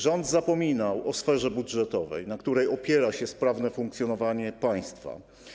Rząd zapominał o sferze budżetowej, na której opiera się sprawne funkcjonowanie państwa.